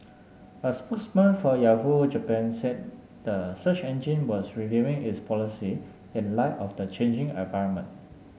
a spokesman for Yahoo Japan said the search engine was reviewing its policy in light of the changing environment